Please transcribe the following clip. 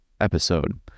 episode